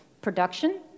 production